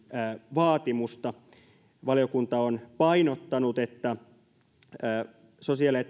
vaatimusta valiokunta on painottanut sosiaali ja